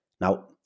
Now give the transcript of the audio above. now